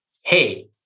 hey